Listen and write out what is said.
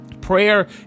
prayer